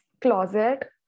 closet